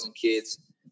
kids